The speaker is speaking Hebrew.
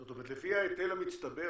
זאת אומרת לפי ההיטל המצטבר,